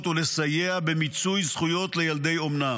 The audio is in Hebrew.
ולסייע במיצוי זכויות לילדי אומנה.